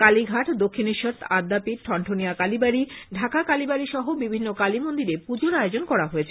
কালীঘাট দক্ষিণেশ্বর আদ্যাপীঠ ঠনঠনিয়া কালীবাড়ি ঢাকা কালীবাড়ি সহ বিভিন্ন কালীমন্দিরে পুজোর আয়োজন করা হয়েছে